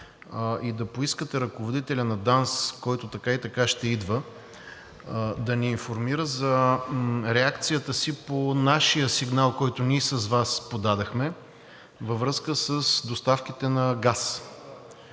и да поискате ръководителят на ДАНС, който така и така ще идва да ни информира за реакцията си по нашия сигнал, който ние с Вас подадохме, във връзка с доставките на газ.